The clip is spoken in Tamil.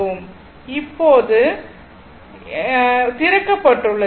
இது இப்போது திறக்கப்பட்டுள்ளது